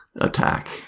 attack